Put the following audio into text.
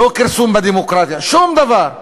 לא כרסום בדמוקרטיה, שום דבר.